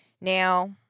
Now